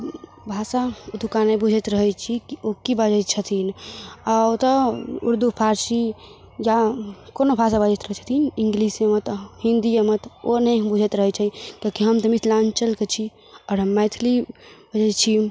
भाषा एतुक्का नहि बुझैत रहय छी ओ की बाजय छथिन आओर ओतऽ उर्दू फारसी जँ कोनो भाषा बजैत रहय छथिन इंग्लिशो तऽ हिन्दियेमे तऽ ओ नहि बुझैत रहय छै तऽ ध्यान देबय मिथलाञ्चलके छै आओर हम मैथलिमे छी